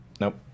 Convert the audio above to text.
nope